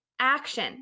action